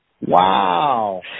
Wow